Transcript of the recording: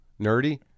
nerdy